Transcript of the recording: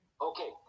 Okay